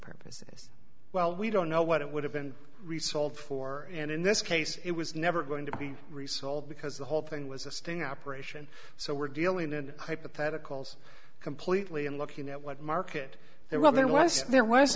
purposes well we don't know what it would have been resold for and in this case it was never going to be resold because the whole thing was a sting operation so we're dealing in hypotheticals completely and looking at what market there well there was there was